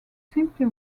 simply